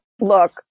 Look